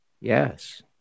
yes